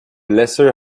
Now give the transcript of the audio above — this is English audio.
lesser